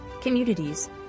communities